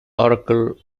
oracle